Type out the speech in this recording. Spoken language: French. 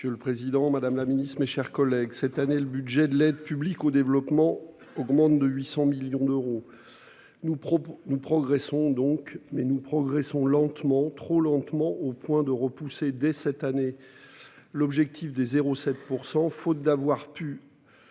madame la ministre, madame la secrétaire d'État, mes chers collègues, cette année, le budget de l'aide publique au développement augmente de 800 millions d'euros. Nous progressons, certes, mais lentement, trop lentement, au point de repousser dès cette année l'objectif de 0,7 %, faute d'avoir pu